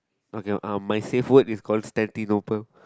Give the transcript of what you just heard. okay um my safe word is called